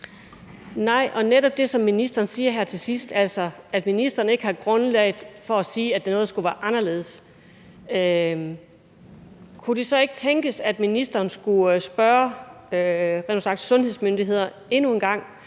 Nej, og netop med det, som ministeren siger her til sidst, altså at ministeren ikke har grundlag for at sige, at der var noget, der skulle være anderledes, kunne det så ikke tænkes, at ministeren rent ud sagt skulle spørge sundhedsmyndighederne endnu en gang?